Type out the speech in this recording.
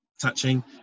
touching